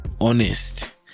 honest